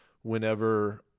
whenever